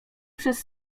przez